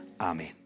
Amen